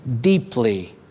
deeply